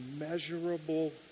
immeasurable